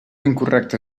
incorrecta